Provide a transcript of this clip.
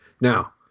Now